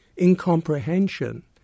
incomprehension